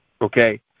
okay